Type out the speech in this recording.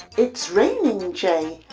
it's raining jay.